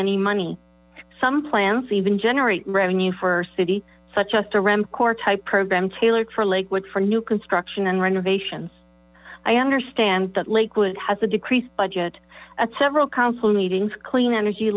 any money some plants even generate revenue for our city such as to ramp corps type program tailored for lakewood for new construction and renovations i understand that lakewood has a decreased budget at several council meetings clean energy